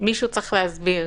שמישהו צריך להסביר